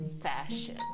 fashion